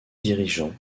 dirigeant